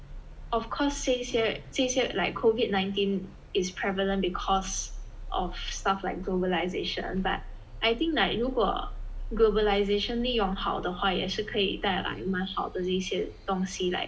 of course 这些这一些 like COVID nineteen is prevalent because of stuff like globalisation but I think like 如果 globalization 利用好的话也是可以带来蛮好的那些东西 like